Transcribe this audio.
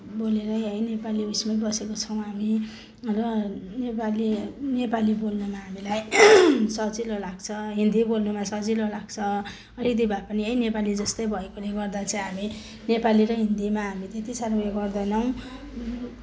बोलेरै है नेपाली उसमै बसेका छौँ हामी र नेपाली नेपाली बोल्नमा हामीलाई सजिलो लाग्छ हिन्दी बोल्नुमा सजिलो लाग्छ अलिकति भए पनि है नेपाली जस्तै भएकोले गर्दा चाहिँ हामी नेपाली र हिन्दीमा हामी त्यति साह्रो उयो गर्दैनौँ